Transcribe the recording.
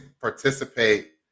participate